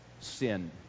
sin